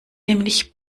nämlich